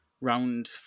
round